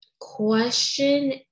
Question